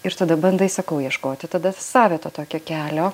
ir tada bandai sakau ieškoti tada savito tokio kelio